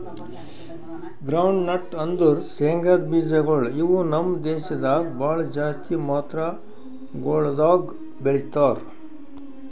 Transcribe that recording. groundnut ಅಂದುರ್ ಶೇಂಗದ್ ಬೀಜಗೊಳ್ ಇವು ನಮ್ ದೇಶದಾಗ್ ಭಾಳ ಜಾಸ್ತಿ ಮಾತ್ರಗೊಳ್ದಾಗ್ ಬೆಳೀತಾರ